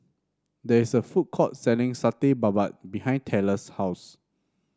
there is a food court selling Satay Babat behind Tella's house